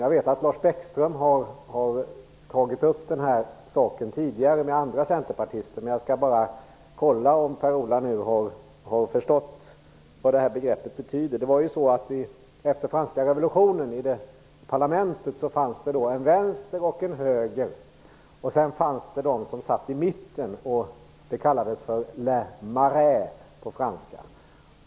Jag vet att Lars Bäckström tidigare tagit upp den här saken med andra centerpartister, men jag skall bara kolla om Per-Ola Eriksson har förstått det. Efter franska revolutionen fanns det i franska parlamentet en vänster och en höger, och sedan fanns det de som satt i mitten. De kallades för le marais.